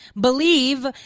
believe